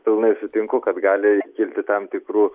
pilnai sutinku kad gali kilti tam tikrų